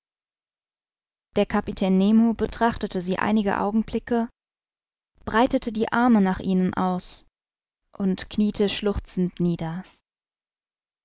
der kapitän nemo betrachtete sie einige augenblicke breitete die arme nach ihnen aus und kniete schluchzend nieder